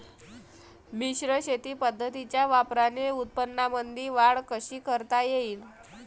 मिश्र शेती पद्धतीच्या वापराने उत्पन्नामंदी वाढ कशी करता येईन?